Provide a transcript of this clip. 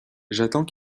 j’attends